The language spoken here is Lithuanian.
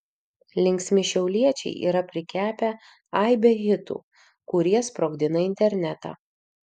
linksmi šiauliečiai yra prikepę aibę hitų kurie sprogdina internetą